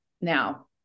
now